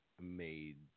made